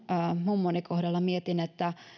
mummoni kohdalla mietin